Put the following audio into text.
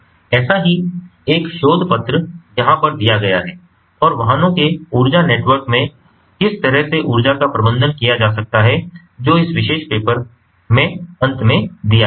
ऐसा ही एक शोध पत्र यहाँ पर दिया गया है और वाहनों के ऊर्जा नेटवर्क में किस तरह से ऊर्जा का प्रबंधन किया जा सकता है जो इस विशेष पेपर में अंत में दिया गया है